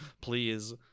please